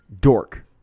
Dork